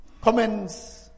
comments